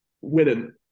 winning